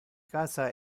casa